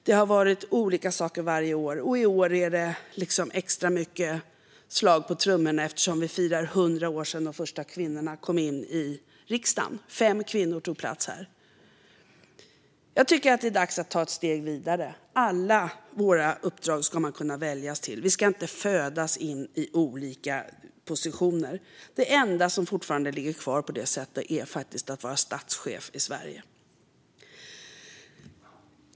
Det har varit olika saker varje år, och i år är det extra mycket slag på trummorna eftersom det är 100 år sedan de första kvinnorna kom in i riksdagen. Fem kvinnor kom in här då. Jag tycker att det är dags att ta detta ett steg vidare. Alla uppdrag ska man kunna väljas till. Vi ska inte födas in i olika positioner. Det enda som fortfarande ligger kvar på det sättet är faktiskt att vara statschef i Sverige.